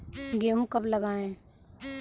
गेहूँ कब लगाएँ?